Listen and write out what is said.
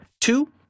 two